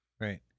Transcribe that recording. Right